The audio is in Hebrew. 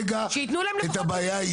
אז כמובן שהייתי רוצה שתינתן ותיבחן פה ההחלטה